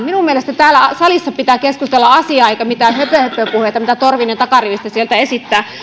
minun mielestäni täällä salissa pitää keskustella asiaa eikä mitään höpöhöpöpuheita mitä torvinen sieltä takarivistä esittää